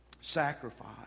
Sacrifice